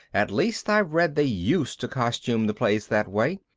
at least i've read they used to costume the plays that way,